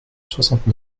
soixante